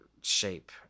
shape